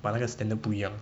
but 那个 standard 不一样